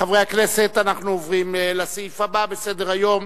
חברי הכנסת, אנחנו עוברים לסעיף הבא בסדר-היום.